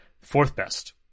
fourth-best